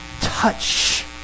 touch